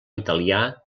italià